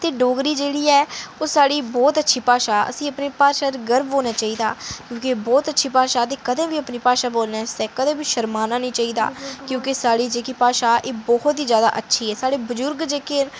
ते डोगरी जेह्ड़ी ऐ ओह् साढ़ी बहुत अच्छी भाशा असें ई अपनी भाशा पर गौह् होना चाहिदा क्योंकि एह् बहुत अच्छी भाशा ते कदें बी अपनी भाशा बोलने आस्तै कदें बी शर्माना नेईं चाहिदा क्योंकि साढ़ी जेह्की भाशा एह् बहुत ई जैदा अच्छी ऐ साढ़े बजुर्ग जेह्के न